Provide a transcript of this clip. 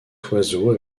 oiseau